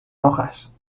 rojas